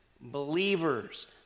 Believers